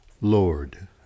Lord